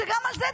שגם על זה,